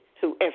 Whoever